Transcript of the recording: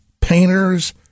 painters